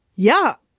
yeah,